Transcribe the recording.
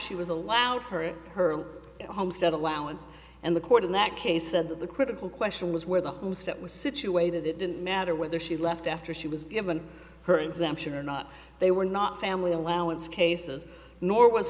she was allowed her her homestead allowance and the court in that case said that the critical question was where the homestead was situated it didn't matter whether she left after she was given her exemption or not they were not family allowance cases nor was